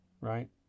Right